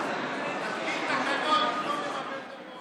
תתקין תקנות במקום לבלבל את המוח.